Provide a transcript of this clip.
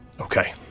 Okay